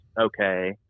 okay